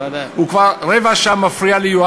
הוא כבר רבע שעה מפריע לי,